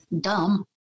dumb